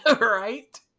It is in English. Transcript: right